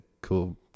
cool